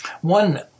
One